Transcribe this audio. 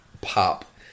pop